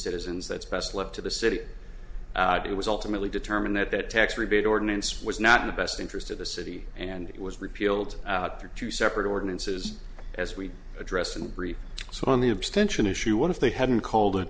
citizens that's best left to the city it was ultimately determined that that tax rebate ordinance was not in the best interest of the city and it was repealed out through two separate ordinances as we address and so on the abstention issue what if they hadn't called